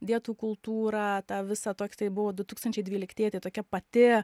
dietų kultūrą tą visą toks tai buvo du tūkstančiai dvyliktieji tai tokia pati